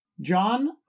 John